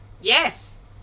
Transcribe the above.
Yes